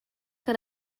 que